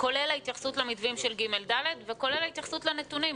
כולל ההתייחסות למתווים של כיתות ג'-ד' וכולל ההתייחסות לנתונים.